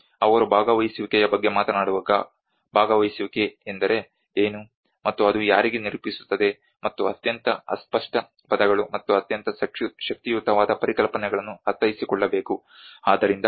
ಅವರು ಭಾಗವಹಿಸುವಿಕೆಯ ಬಗ್ಗೆ ಮಾತನಾಡುವಾಗ ಭಾಗವಹಿಸುವಿಕೆ ಎಂದರೆ ಏನು ಮತ್ತು ಅದು ಯಾರಿಗೆ ನಿರೂಪಿಸುತ್ತದೆ ಮತ್ತು ಅತ್ಯಂತ ಅಸ್ಪಷ್ಟ ಪದಗಳು ಮತ್ತು ಅತ್ಯಂತ ಶಕ್ತಿಯುತವಾದ ಪರಿಕಲ್ಪನೆಗಳನ್ನು ಅರ್ಥೈಸಿಕೊಳ್ಳಬೇಕು